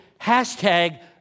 Hashtag